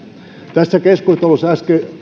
tässä keskustelussa